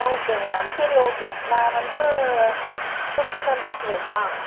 ஓகேங்க மேம் சரி ஓகே நான் வந்து ஃபிஃப்ட்டி மெம்பர்ஸுக்கு வேணுமா